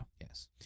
Yes